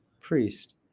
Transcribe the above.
Priest